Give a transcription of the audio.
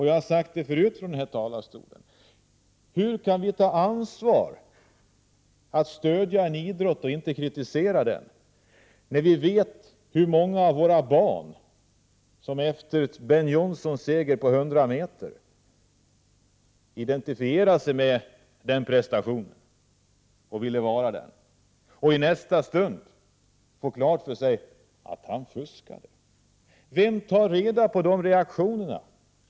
Jag har förut sagt från denna talarstol: Hur kan vi ta på vårt ansvar att stödja en idrott, och inte kritisera den, när vi vet att många av våra barn identifierade sig med Ben Johnson och den prestation som han gjorde när han vann hundrametersloppet, och hur de i nästa stund fick klart för sig att han fuskade? Vem tar reda på dessa barns reaktioner?